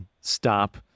stop